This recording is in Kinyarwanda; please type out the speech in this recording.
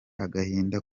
agahinda